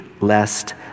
lest